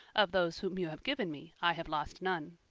of those whom you have given me, i have lost none.